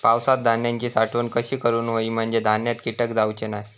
पावसात धान्यांची साठवण कशी करूक होई म्हंजे धान्यात कीटक जाउचे नाय?